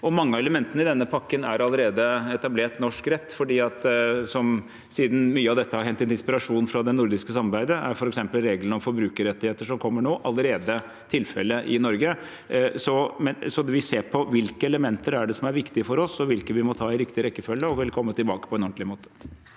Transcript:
og mange av elementene i denne pakken er allerede etablert norsk rett, for siden mye av dette har hentet inspirasjon fra det nordiske samarbeidet, er f.eks. reglene om forbrukerrettigheter, som kommer nå, allerede tilfellet i Norge. Vi ser på hvilke elementer det er som er viktig for oss, og hvilke vi må ta i riktig rekkefølge, og vil komme tilbake på en ordentlig måte.